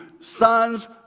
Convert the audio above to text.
Sons